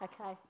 Okay